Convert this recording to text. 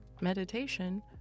Meditation